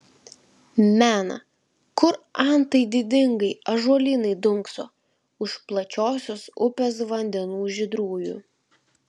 mena kur antai didingai ąžuolynai dunkso už plačiosios upės vandenų žydrųjų